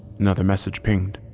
another message pinged.